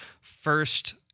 first